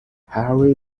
harry